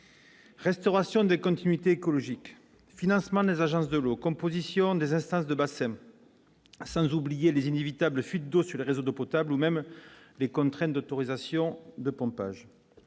Restauration des continuités écologiques, financement des agences de l'eau, composition des instances de Bassem, sans oublier les inévitables fuites d'eau sur le réseau d'eau potable ou même les contraintes d'autorisation de pompage,